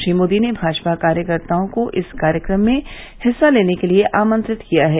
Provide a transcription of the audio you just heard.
श्री मोदी ने भाजपा कार्यकर्ताओं को इस कार्यक्रम में हिस्सा लेने के लिए आमंत्रित किया है